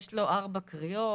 יש לו ארבע קריאות,